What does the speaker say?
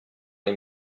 les